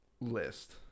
list